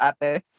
Ate